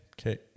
okay